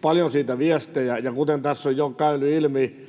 paljon siitä viestejä. Ja kuten tässä on jo käynyt ilmi,